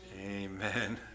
Amen